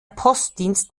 postdienst